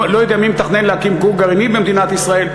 לא יודע מי מתכנן להקים כור גרעיני במדינת ישראל,